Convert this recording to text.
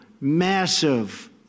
massive